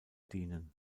dienen